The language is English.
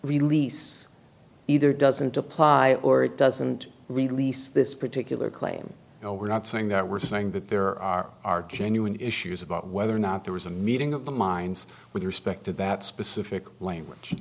release either doesn't apply or it doesn't release this particular claim you know we're not saying that we're saying that there are are genuine issues about whether or not there was a meeting of the minds with respect to that specific language